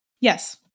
Yes